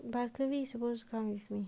but clearly you supposed to come with me